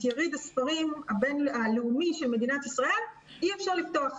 את יריד הספרים הלאומי של מדינת ישראל אי אפשר לפתוח.